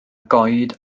goed